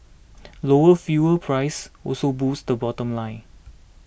lower fuel prices also boosted the bottom line